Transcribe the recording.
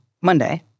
Monday